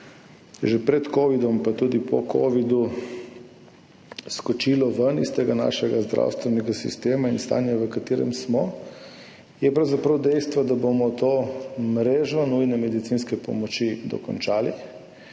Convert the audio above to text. že pred covidom pa tudi po covidu skočilo ven iz tega našega zdravstvenega sistema in stanje, v katerem smo, je pravzaprav dejstvo, da bomo to mrežo nujne medicinske pomoči dokončali.